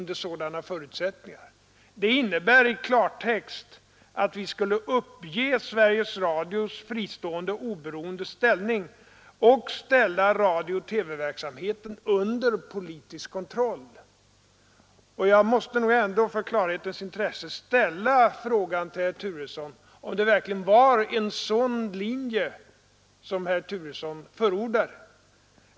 Det innebär i klartext att vi skulle uppge Sveriges Radios fristående och oberoende ställning och ställa radiooch TV-verksamheten under politisk kontroll. Jag måste nog i klarhetens intresse ställa frågan till herr Turesson, om det verkligen var en sådan linje han förordade.